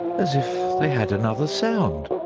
as if they had another sound.